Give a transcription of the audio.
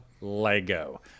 Lego